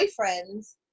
boyfriends